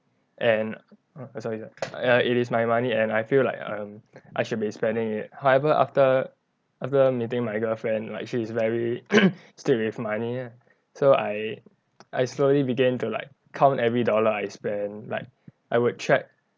and sorry sorry it is my money and I feel like um I should be spending it however after after meeting my girlfriend like she is very strict with money so I I slowly begin to like count every dollar I spend like I would track